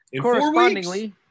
Correspondingly